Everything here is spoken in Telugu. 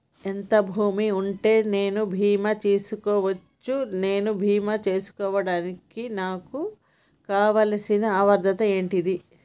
ఎంత భూమి ఉంటే నేను బీమా చేసుకోవచ్చు? నేను బీమా చేసుకోవడానికి నాకు కావాల్సిన అర్హత ఏంటిది?